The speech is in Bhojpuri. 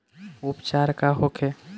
उपचार का होखे?